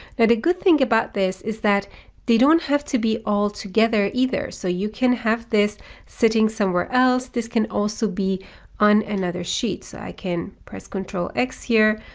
good thing about this is that they don't have to be all together either. so you can have this sitting somewhere else. this can also be on another sheet so i can press control x here.